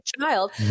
child